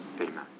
Amen